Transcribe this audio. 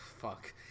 Fuck